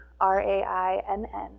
R-A-I-N-N